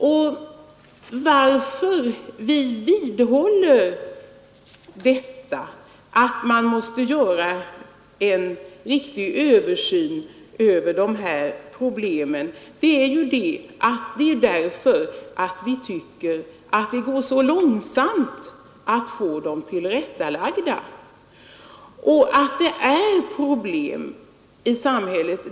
Anledningen till att vi vidhåller att man måste göra en riktig översyn över dessa problem är att vi tycker det går så långsamt att få dem tillrättalagda. Det är problem i samhället.